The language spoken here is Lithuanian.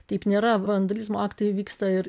taip nėra vandalizmo aktai vyksta ir